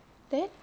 then